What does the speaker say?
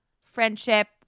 friendship